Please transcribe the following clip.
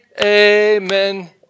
Amen